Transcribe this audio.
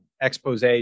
expose